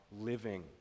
living